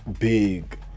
big